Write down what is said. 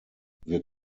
wir